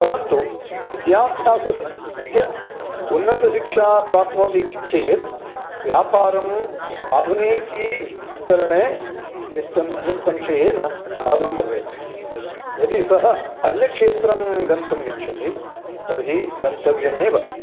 परन्तु विद्याभ्यासस्य उन्नतशिक्षां प्राप्नोति चेत् व्यापारम् आधुनिकीकरणे निस् निःसंशयेन लाभं भवेत् यदि सः अन्यक्षेत्रं गन्तुम् इच्छति तर्हि गन्तव्यमेव